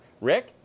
Rick